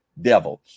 devils